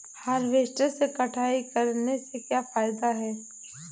Harvester से कटाई करने से क्या फायदा है?